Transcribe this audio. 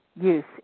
use